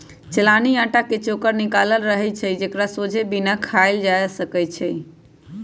चलानि अटा के चोकर निकालल रहै छइ एकरा सोझे बिना चालले खायल जा सकै छइ